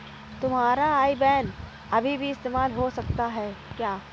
तुम्हारा आई बैन अभी भी इस्तेमाल हो सकता है क्या?